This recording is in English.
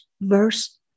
Verse